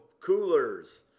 coolers